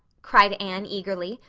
cried anne eagerly.